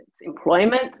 employment